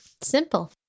Simple